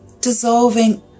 dissolving